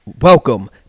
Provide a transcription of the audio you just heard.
Welcome